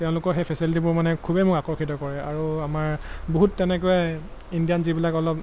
তেওঁলোকৰ সেই ফেচিলিটিবোৰ মানে খুবেই মোক আকৰ্ষিত কৰে আৰু আমাৰ বহুত তেনেকৈ ইণ্ডিয়ান যিবিলাক অলপ